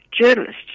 journalists